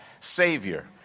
Savior